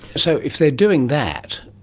so if they are doing that,